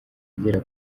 agera